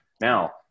now